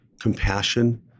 compassion